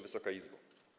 Wysoka Izbo!